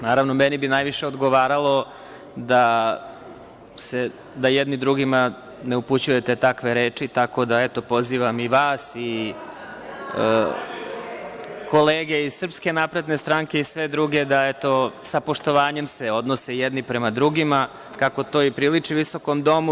Naravno, meni bi najviše odgovaralo da jedni drugima ne upućujete takve reči, tako da pozivam i vas i kolege iz SNS i sve druge da se sa poštovanjem odnose jedni prema drugima, kako to i priliči visokom domu.